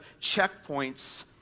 checkpoints